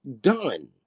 done